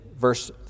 verse